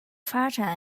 发展